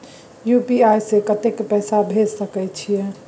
UPI से कत्ते पैसा भेज सके छियै?